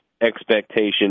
expectation